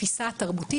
פעילות.